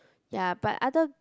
ya but other